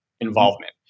involvement